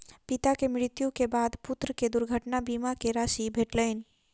पिता के मृत्यु के बाद पुत्र के दुर्घटना बीमा के राशि भेटलैन